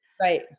Right